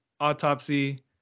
Autopsy